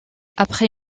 après